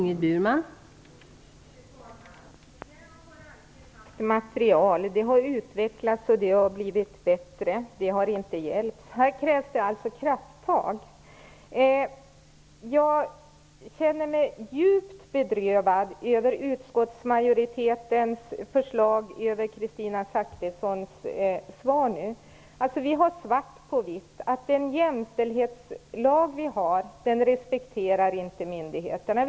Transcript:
Fru talman! JämO har alltid haft material. Det har utvecklats och blivit bättre, men det har inte hjälpt. Här krävs alltså krafttag. Jag känner mig djupt bedrövad över utskottsmajoritetens förslag och Kristina Zakrissons svar nu. Vi har svart på vitt på att vår jämställdhetslag inte respekteras av myndigheterna.